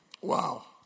Wow